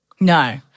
No